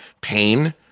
pain